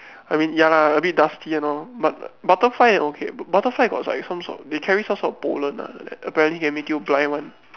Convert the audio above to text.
I mean ya lah a bit dusty and all but butterfly I'm okay but butterfly got like some sort they carry some sort of pollen lah like that apparently can make you blind one